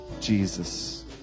Jesus